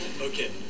Okay